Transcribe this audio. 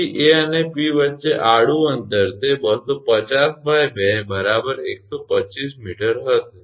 તેથી 𝐴 અને 𝑃 વચ્ચે આડું અંતર તે 250 2 125 𝑚 હશે